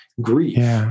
grief